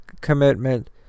commitment